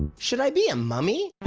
should i be a mummy?